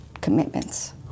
commitments